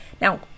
Now